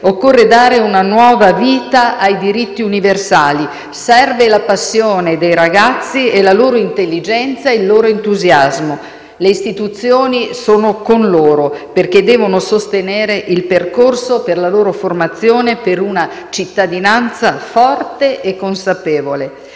Occorre dare una nuova vita ai diritti universali, serve la passione dei ragazzi e la loro intelligenza, il loro entusiasmo. Le istituzioni sono con loro, perché devono sostenere il percorso per la loro formazione per una cittadinanza forte e consapevole».